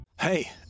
Hey